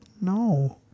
no